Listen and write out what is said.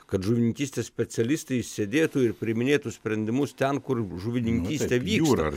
kad žuvininkystės specialistai sėdėtų ir priiminėtų sprendimus ten kur žuvininkystė vyksta